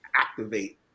activate